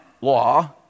law